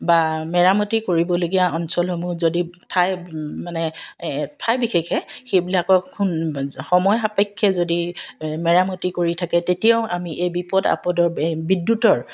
বা মেৰামতি কৰিব লগীয়া অঞ্চলসমূহ যদি ঠাই মানে ঠাই বিশেষে সেইবিলাকক সময় সাপেক্ষে যদি মেৰামতি কৰি থাকে তেতিয়াও আমি এই বিপদ আপদৰ বিদ্যুতৰ